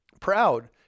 Proud